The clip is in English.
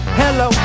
hello